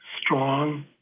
strong